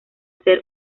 ser